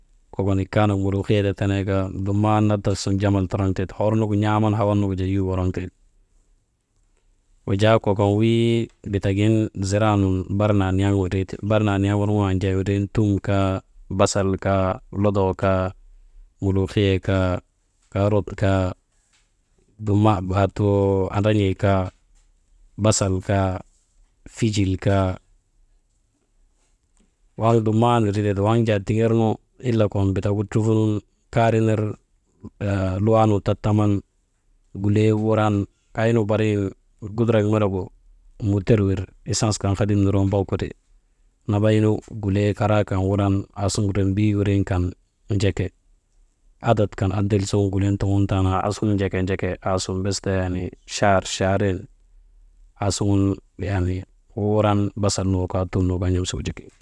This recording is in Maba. Kokon ikanak muliihiyee ti tenee kaa dumman nadaf sun jamal toroŋ tee ti, hor nugu n̰aaman hawan nugu jaa yuu woroŋtee ti, wujaa kokon wii bitagin ziraanun bar naaniyaŋ windrii ti bar naaniyaŋ worŋoo jaa windrin tun kaa, basal kaa, lodoo kaa, muliihiyee kaa, kaarot kaa «hesitation» andran̰ii kaa, basal kaa, fijil kaa waŋ dumman windrii tee ti, waŋ jaa tiŋernu ile kokon bitagu trufunun, kaari ner haa luwaanu tattaman gulee wuran kaynu barigu gudurak melegu muter wir esens kan hedim niregu mbok wiri nambaynu gulee karaa kan wuran rembii wirin kan njake, adat kan adil su gulen tuŋun tandaa naa, njek, njeke aasun bes ta yaanii chahar, chaharen aasuŋun yaani wuran basal nu kaa tum nu kaa n̰amsa wujiki.